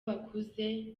bakuze